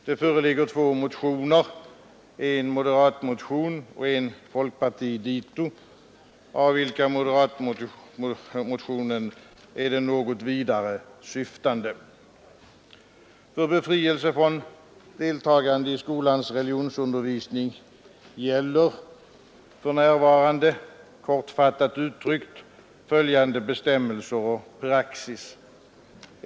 Det föreligger två motioner, en moderatmotion och en folkpartidito, av vilka moderatmotionen är den något vidare syftande. För befrielse från deltagande i skolans religionsundervisning gäller för närvarande, kortfattat uttryckt, följande bestämmelser och praxis.